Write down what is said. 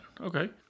Okay